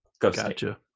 Gotcha